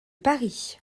paris